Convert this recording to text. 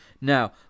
Now